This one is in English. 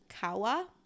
kawa